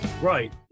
Right